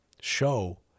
show